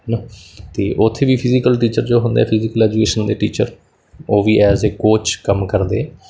ਹੈ ਨਾ ਅਤੇ ਉੱਥੇ ਵੀ ਫਿਜੀਕਲ ਟੀਚਰ ਜੋ ਹੁੰਦੇ ਹੈ ਫਿਜੀਕਲ ਐਜੂਕੇਸ਼ਨ ਦੇ ਟੀਚਰ ਉਹ ਵੀ ਐਜ ਏ ਕੋਚ ਕੰਮ ਕਰਦੇ ਹੈ